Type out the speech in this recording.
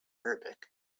arabic